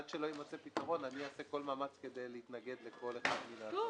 עד שלא יימצא פתרון אעשה כל מאמץ כדי להתנגד לכל הפניות שהגיעו.